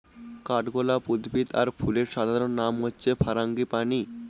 কাঠগলাপ উদ্ভিদ আর ফুলের সাধারণ নাম হচ্ছে ফারাঙ্গিপানি